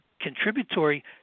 contributory